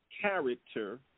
Character